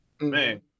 man